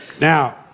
Now